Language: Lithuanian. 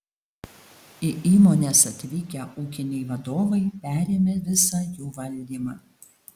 į įmones atvykę ūkiniai vadovai perėmė visą jų valdymą